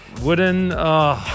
wooden